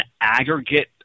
aggregate